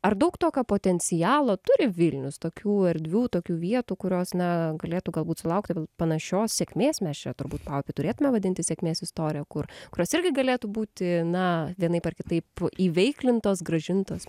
ar daug tokio potencialo turi vilnius tokių erdvių tokių vietų kurios na galėtų galbūt sulaukti panašios sėkmės mes čia turbūt paupį turėtume vadinti sėkmės istorija kur kurios irgi galėtų būti na vienaip ar kitaip įveiklintos grąžintos